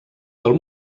del